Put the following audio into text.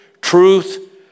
truth